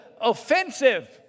offensive